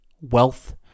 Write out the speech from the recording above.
wealth